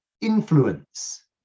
influence